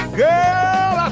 girl